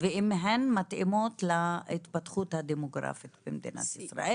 ואם הן מתאימות להתפתחות הדמוגרפית במדינת ישראל,